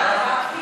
תודה, גפני.